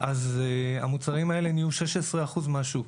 מוצרים אלה נהיו 16% מהשוק.